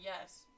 yes